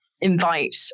invite